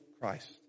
Christ